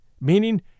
meaning